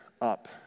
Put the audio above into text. up